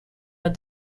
but